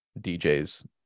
DJ's